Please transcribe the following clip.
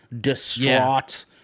distraught